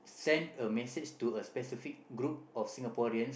send a message to a specific group of Singaporeans